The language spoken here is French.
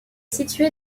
situé